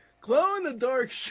Glow-in-the-Dark